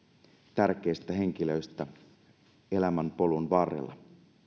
tärkeistä henkilöistä elämänpolun varrella